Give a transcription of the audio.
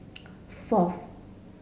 fourth